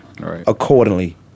Accordingly